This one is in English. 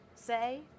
Say